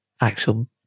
actual